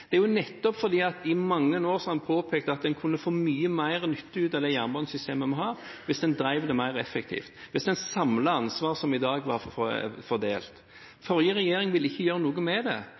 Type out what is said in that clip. I mange år har en nettopp påpekt at en kunne få mye mer nytte av det jernbanesystemet vi har hvis en drev det mer effektivt, og hvis en samlet ansvar som har vært fordelt. Forrige regjering ville ikke gjøre noe med det,